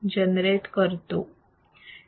generate करतो